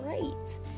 great